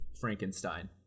Frankenstein